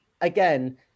again